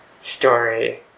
story